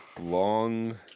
Long